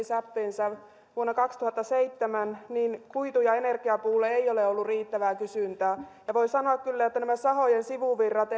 säppinsä vuonna kaksituhattaseitsemän kuitu ja energiapuulle ei ole ollut riittävää kysyntää voi sanoa kyllä että nämä sahojen sivuvirrat